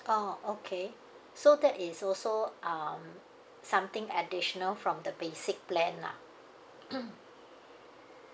oh okay so that is also um something additional from the basic plan lah